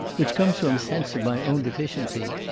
which comes from a sense of my own deficiency.